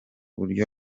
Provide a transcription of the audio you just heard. burya